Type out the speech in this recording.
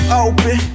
open